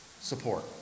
support